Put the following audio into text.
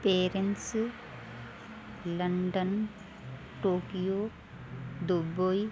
Paris London Tokyo Dubai